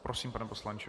Prosím, pane poslanče.